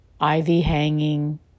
ivy-hanging